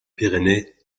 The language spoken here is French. pyrénées